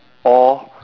or